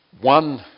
One